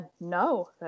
No